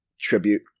tribute